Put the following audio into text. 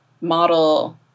model